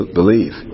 believe